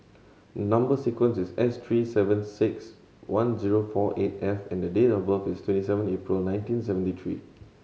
number sequence is S three seven six one zero four eight F and date of birth is twenty seven April nineteen seventy three